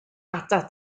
atat